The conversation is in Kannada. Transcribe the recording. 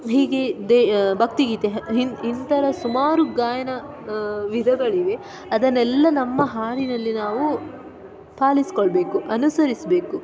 ಹೀಗೆ ಬೆ ಭಕ್ತಿಗೀತೆ ಹಿ ಇತರ ಸುಮಾರು ಗಾಯನ ವಿಧಗಳಿವೆ ಅದನ್ನೆಲ್ಲ ನಮ್ಮ ಹಾಡಿನಲ್ಲಿ ನಾವು ಪಾಲಿಸ್ಕೊಳ್ಳಬೇಕು ಅನುಸರಿಸಬೇಕು